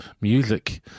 music